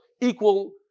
equal